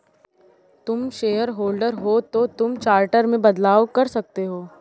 तुम शेयरहोल्डर हो तो तुम चार्टर में बदलाव पर वोट कर सकते हो